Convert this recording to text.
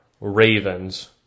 Ravens